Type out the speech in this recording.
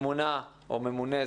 ממונָּה או ממונה,